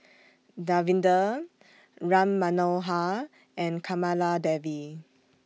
Davinder Ram Manohar and Kamaladevi